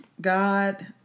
God